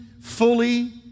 fully